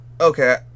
okay